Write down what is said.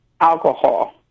alcohol